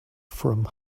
from